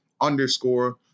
underscore